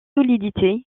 solidité